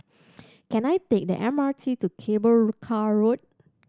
can I take the M R T to Cable Car Road